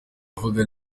avuga